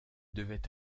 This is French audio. devait